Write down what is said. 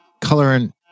coloring